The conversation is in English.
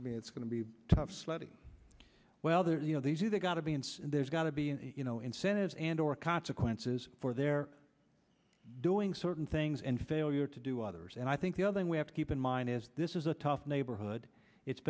to me it's going to be tough sledding whether you know these or they got to be insane there's got to be an incentive and or consequences for their doing certain things and failure to do others and i think the other thing we have to keep in mind is this is a tough neighborhood it's